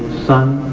son,